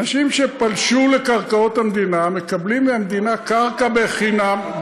אנשים שפלשו לקרקעות המדינה מקבלים מהמדינה קרקע בחינם,